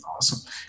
awesome